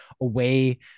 away